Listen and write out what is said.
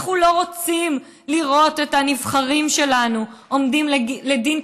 אנחנו לא רוצים לראות את הנבחרים שלנו עומדים לדין,